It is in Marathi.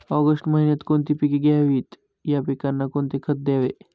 ऑगस्ट महिन्यात कोणती पिके घ्यावीत? या पिकांना कोणते खत द्यावे?